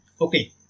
Okay